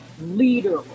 leader